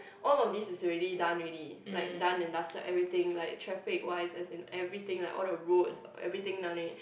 all of these is already done already like done and dusted everything like traffic wise as in everything like all the roads everything done already